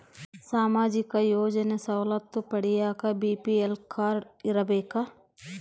ಸಾಮಾಜಿಕ ಯೋಜನೆ ಸವಲತ್ತು ಪಡಿಯಾಕ ಬಿ.ಪಿ.ಎಲ್ ಕಾಡ್೯ ಇರಬೇಕಾ?